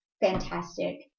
fantastic